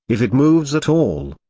if it moves at all.